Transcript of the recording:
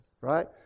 right